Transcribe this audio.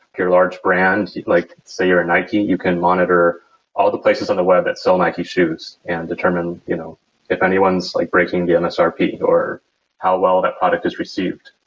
you're a large brand, like say you're a nike. you can monitor all the places on the web that sell nike shoes and determine you know if anyone's like breaking the nsrp or how well that product is received.